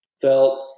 felt